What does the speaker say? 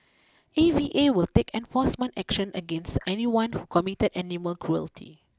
A V A will take enforcement action against anyone who committed animal cruelty